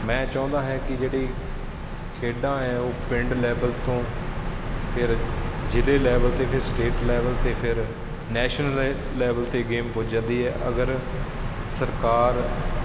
ਮੈਂ ਚਾਹੁੰਦਾ ਹੈ ਕਿ ਜਿਹੜੀ ਖੇਡਾਂ ਹੈ ਉਹ ਪਿੰਡ ਲੈਵਲ ਤੋਂ ਫਿਰ ਜ਼ਿਲ੍ਹੇ ਲੈਵਲ 'ਤੇ ਫਿਰ ਸਟੇਟ ਲੈਵਲ 'ਤੇ ਫਿਰ ਨੈਸ਼ਨਲ ਲੈਵਲ 'ਤੇ ਗੇਮ ਪੁੱਜ ਜਾਂਦੀ ਹੈ ਅਗਰ ਸਰਕਾਰ